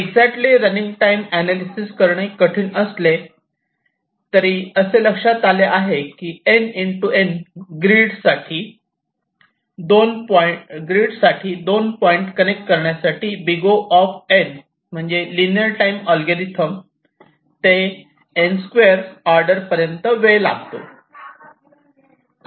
exactly running time analysis करणे कठीण असले तरी असे लक्षात आले आहे की N N ग्रेड साठी 2 पॉईंट कनेक्ट करण्यासाठी O म्हणजे लिनियर टाईम अल्गोरिदम ते N2 ऑर्डर पर्यंत वेळ लागतो